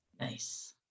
Nice